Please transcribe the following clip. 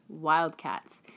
Wildcats